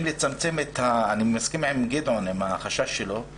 אני מסכים עם גדעון, עם החשש שלו.